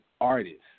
artists